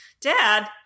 Dad